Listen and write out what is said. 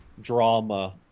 drama